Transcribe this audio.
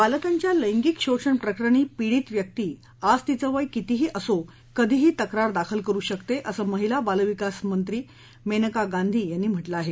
बालकांच्या लैंगिक शोषण प्रकरणी पीडित व्यक्ती आज तिचं वय कितीही असो कधीही तक्रार दाखल करु शकते असं माहिला आणि बाल विकास मंत्री मेनका गांधी यांनी म्हटलं आहे